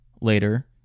Later